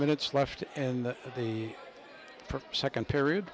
minutes left and the second period